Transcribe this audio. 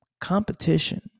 Competition